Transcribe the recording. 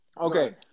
Okay